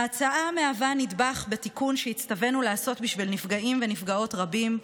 ההצעה מהווה נדבך בתיקון שהצטווינו לעשות בשביל נפגעים ונפגעות רבים,